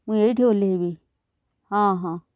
ମୁଁ ଏଇଠି ଓହ୍ଲାଇବି ହଁ ହଁ